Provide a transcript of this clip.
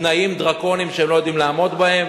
תנאים דרקוניים שהם לא יודעים לעמוד בהם.